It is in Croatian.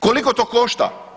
Koliko to košta?